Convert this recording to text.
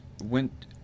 went